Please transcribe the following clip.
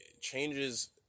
changes